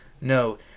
No